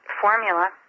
formula